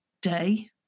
day